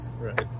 Right